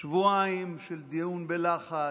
שבועיים של דיון בלחץ,